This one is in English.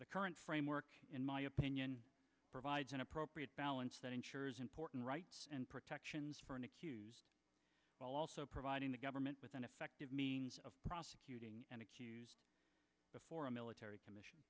the current framework in my opinion provides an appropriate balance that ensures important rights and protections for an accused while also providing the government with an effective means of prosecuting an accused before a military commission